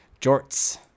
jorts